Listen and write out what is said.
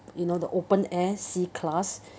you know the open air C class